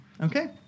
Okay